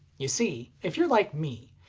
you see, if you're like me,